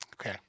Okay